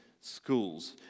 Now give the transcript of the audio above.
schools